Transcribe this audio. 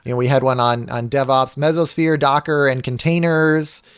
and we had one on on dev ops. mesosphere, docker and containers.